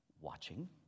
watching